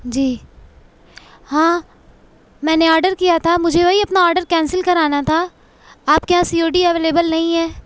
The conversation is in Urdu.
جی ہاں میں نے آڈر کیا تھا مجھے وہی اپنا آڈر کینسل کرانا تھا آپ کے یہاں سی او ڈی اویلیبل نہیں ہے